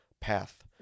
path